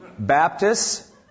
Baptists